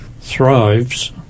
thrives